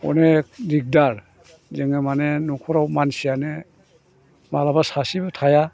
अनेक दिगदार जोङो माने न'खराव मानसियानो मालाबा सासेबो थाया